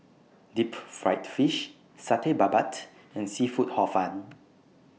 Deep Fried Fish Satay Babat and Seafood Hor Fun